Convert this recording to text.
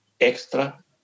Extra